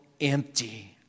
empty